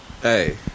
Hey